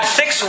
six